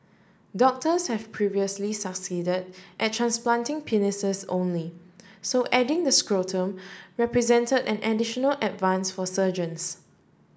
doctors have previously succeed at transplanting penises only so adding the scrotum represent an additional advance for surgeons